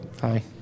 Hi